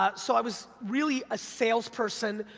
ah so i was really a salesperson,